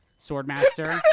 sword master.